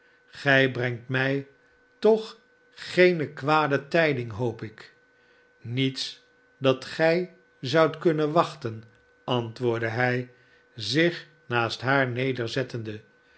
gij brengt mij toch geene kwade tijding hoop ik niets dat gij zoudt kunnen wachten antwoordde hij zich naast haar nederzettende